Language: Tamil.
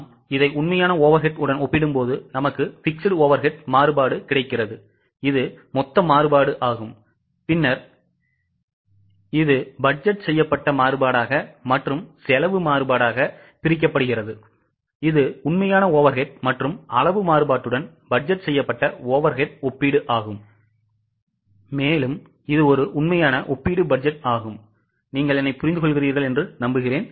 நாம் இதை உண்மையான overhead உடன் ஒப்பிடும் போது நமக்கு fixed overhead மாறுபாடு கிடைக்கிறது இது மொத்த மாறுபாடு ஆகும் பின்னர் இது பட்ஜெட் செய்யப்பட்ட மாறுபாடாக செலவு மாறுபாடாக பிரிக்கப்படுகிறது இது உண்மையான overhead மற்றும் அளவு மாறுபாட்டுடன் பட்ஜெட் செய்யப்பட்ட overhead ஒப்பீடு ஆகும் இது உண்மையான ஒப்பீடு பட்ஜெட் நீங்கள் என்னைப் புரிந்து கொள்கிறீர்களா